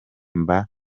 mba